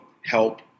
help